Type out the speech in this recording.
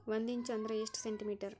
ಒಂದಿಂಚು ಅಂದ್ರ ಎಷ್ಟು ಸೆಂಟಿಮೇಟರ್?